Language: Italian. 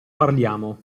parliamo